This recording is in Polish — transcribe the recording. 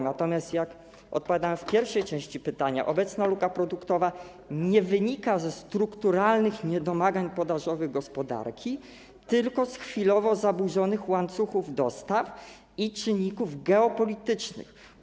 Natomiast jak odpowiadałem przy pierwszej części pytania, obecna luka produktowa nie wynika ze strukturalnych niedomagań podażowych gospodarki, tylko z chwilowo zaburzonych łańcuchów dostaw i czynników geopolitycznych.